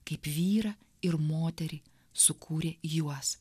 kaip vyrą ir moterį sukūrė juos